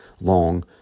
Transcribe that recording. long